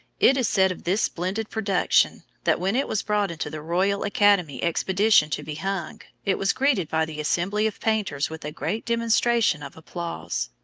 it is said of this splendid production, that when it was brought into the royal academy exhibition to be hung, it was greeted by the assembly of painters with a great demonstration of applause.